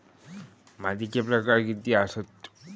मातीचे प्रकार किती आसत?